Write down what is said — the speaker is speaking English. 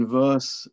verse